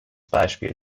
beispiel